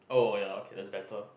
oh ya okay that's better